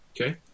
Okay